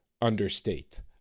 understate